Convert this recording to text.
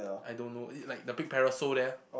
I don't know it like the big parasol there